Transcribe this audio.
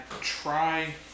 try